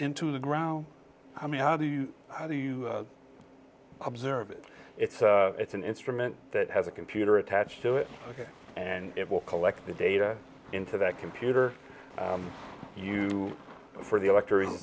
into the ground i mean how do you how do you observe it it's it's an instrument that has a computer attached to it and it will collect the data into that computer you for the elect